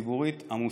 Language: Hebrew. ציבורית עמוסה.